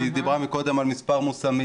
כי היא דיברה קודם על מספר מושמים.